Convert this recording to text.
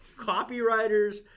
copywriters